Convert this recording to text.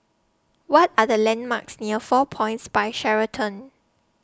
What Are The landmarks near four Points By Sheraton